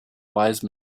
wise